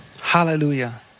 Hallelujah